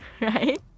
right